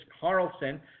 Carlson